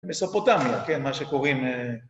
מסופוטמיה, כן, מה שקוראים...